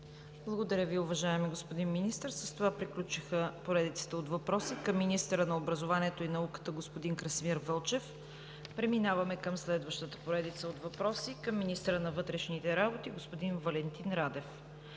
Благодаря Ви, уважаеми господин Министър. С това приключиха поредицата от въпроси към министъра на образованието и науката господин Красимир Вълчев. Преминаваме към следващата поредица от въпроси към министъра на вътрешните работи господин Валентин Радев.